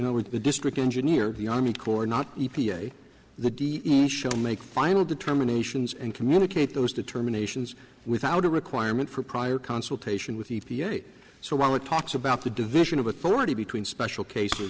know with the district engineer the army corps not e p a the d e c shall make final determinations and communicate those determinations without a requirement for prior consultation with the e p a so while it talks about the division of authority between special cases